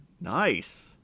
Nice